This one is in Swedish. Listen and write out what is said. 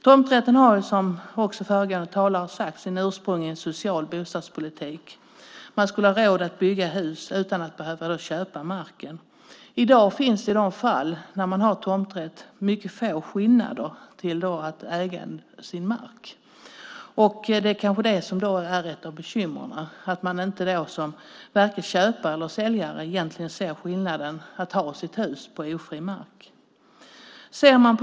Tomträtten har ju, som också föregående talare har sagt, sitt ursprung i en social bostadspolitik. Man skulle ha råd att bygga hus utan att behöva köpa marken. I dag finns det i de fall där man har tomträtt mycket få skillnader jämfört med att äga sin mark. Det är kanske det som är ett av bekymren. Varken köpare eller säljare ser skillnaden i att ha sitt hus på ofri mark.